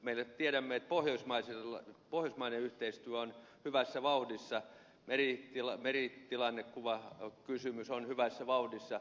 me tiedämme että pohjoismainen yhteistyö on hyvässä vauhdissa meritilannekuvakysymys on hyvässä vauhdissa